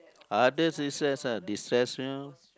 others is stress lah destress